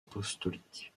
apostolique